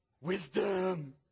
wisdom